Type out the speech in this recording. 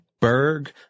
Berg